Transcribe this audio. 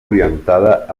orientada